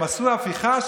הם עשו הפיכה,